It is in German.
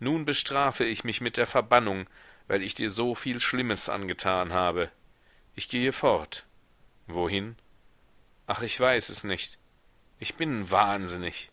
nun bestrafe ich mich mit der verbannung weil ich dir so viel schlimmes angetan habe ich gehe fort wohin ach ich weiß es nicht ich bin wahnsinnig